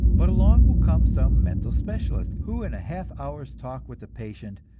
but along will come some mental specialist, who in a half hour's talk with the patient,